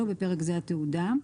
(בפרק זה התעודה)